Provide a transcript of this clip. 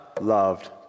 loved